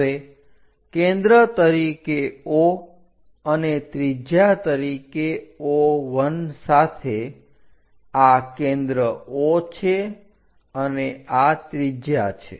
હવે કેન્દ્ર તરીકે O અને ત્રિજ્યા તરીકે O1 સાથે આ કેન્દ્ર O છે અને આ ત્રિજ્યા છે